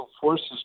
forces